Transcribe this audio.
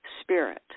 spirit